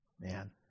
man